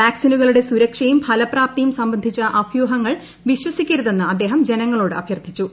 വാക്സിനുകളുടെ സുരക്ഷയും ഫലപ്രാപ്തിയും സംബന്ധിച്ച അഭ്യൂഹങ്ങൾ വിശ്വസിക്കരുതെന്ന് അദ്ദേഹം ജനങ്ങളോട് അഭ്യർത്ഥിച്ചു